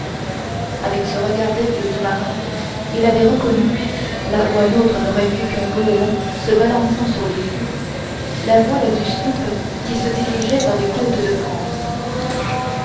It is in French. avec ce regard d'aigle du marin il avait reconnu là où un autre n'aurait vu qu'un goéland se balançant sur les flots la voile du sloop qui se dirigeait vers les côtes de france